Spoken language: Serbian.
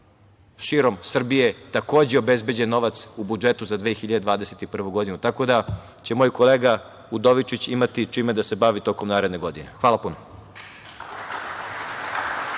širom Srbije. Takođe je obezbeđen u novac u budžetu za 2021. godinu. Tako da će moj kolega Udovičić imati čime da se bavi tokom naredne godine. Hvala puno.